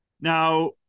Now